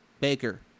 Baker